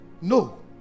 No